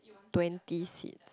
twenty seeds